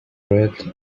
red